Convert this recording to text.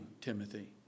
Timothy